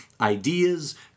ideas